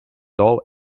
doll